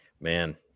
Man